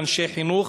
לאנשי חינוך,